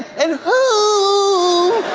and whooooo